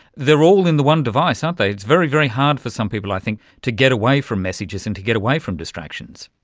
they are all in the one device aren't they. it's very, very hard for some people i think to get away from messages and to get away from distractions.